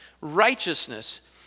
righteousness